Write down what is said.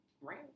Right